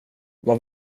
vad